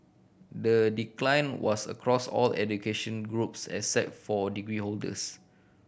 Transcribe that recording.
the decline was across all education groups except for degree holders